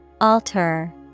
Alter